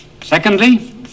Secondly